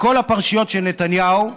בכל הפרשיות של נתניהו,